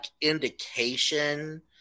indication